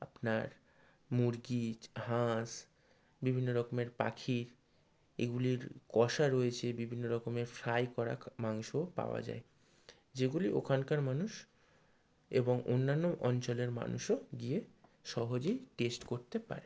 আপনার মুরগি হাঁস বিভিন্ন রকমের পাখি এগুলির কষা রয়েছে বিভিন্ন রকমের ফ্রাই করা খা মাংসও পাওয়া যায় যেগুলি ওখানকার মানুষ এবং অন্যান্য অঞ্চলের মানুষও গিয়ে সহজেই টেস্ট করতে পারে